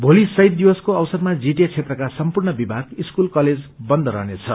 भोलि शबीद दिवसको अवसरमा जीटीए क्षेत्रका सम्पूर्ण विभाग स्कूल कलेज वन्द रहनेछ